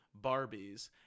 Barbies